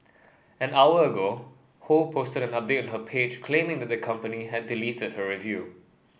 an hour ago Ho posted an update on her page claiming that the company had deleted her review